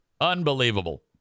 Unbelievable